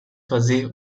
fazer